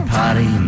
party